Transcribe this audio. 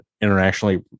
internationally